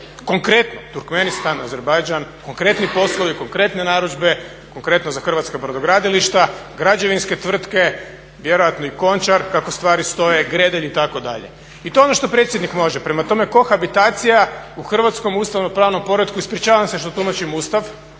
Konkretno Turkmenistan, Azerbajdžan, konkretni poslovi, konkretne narudžbe, konkretno za hrvatska brodogradilišta, građevinske tvrtke, vjerojatno i Končar kako stvari stoje, Gredelj itd. I to je ono što predsjednik može, prema tome kohabitacija u hrvatskom ustavnopravnom poretku, ispričavam se što tumačim Ustav,